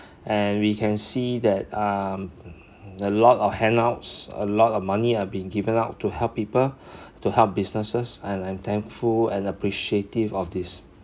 and we can see that um a lot of hangouts a lot of money are being given out to help people to help businesses and I'm thankful and appreciative of this